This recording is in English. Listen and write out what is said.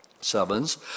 sevens